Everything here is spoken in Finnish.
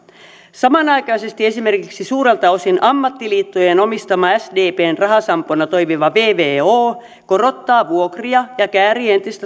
samanaikaisesti esimerkiksi suurelta osin ammattiliittojen omistama sdpn rahasampona toimiva vvo korottaa vuokria ja käärii entistä